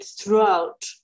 throughout